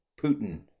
Putin